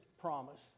promise